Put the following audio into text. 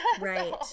Right